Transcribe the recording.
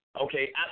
Okay